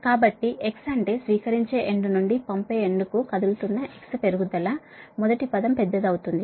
కాబట్టి x అంటే స్వీకరించే ఎండ్ నుండి పంపే ఎండ్ కు కదులుతున్న x పెరుగుదల మొదటి పదం పెద్దది అవుతుంది